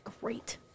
great